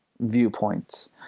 viewpoints